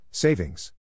Savings